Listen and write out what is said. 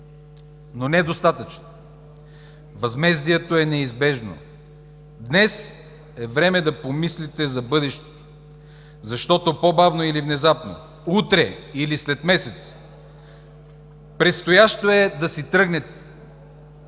но недостатъчни. Възмездието е неизбежно. Днес е време да помислите за бъдещето, защото по-бавно или внезапно, утре или след месец предстоящо е да си тръгнете.